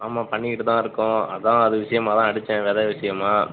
ஆமாம் பண்ணிக்கிட்டு தான் இருக்கோம் அதான் அது விஷயமா தான் அடித்தேன் வெதை விஷயமா